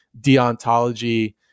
deontology